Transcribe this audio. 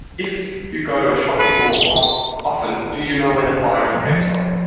if you go to a shopping mall ah often, do you know where the fire escapes are?